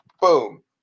boom